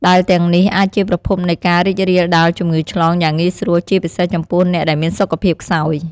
ដែលទាំងនេះអាចជាប្រភពនៃការរីករាលដាលជំងឺឆ្លងយ៉ាងងាយស្រួល ជាពិសេសចំពោះអ្នកដែលមានសុខភាពខ្សោយ។